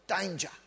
Danger